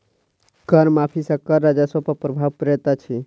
कर माफ़ी सॅ कर राजस्व पर प्रभाव पड़ैत अछि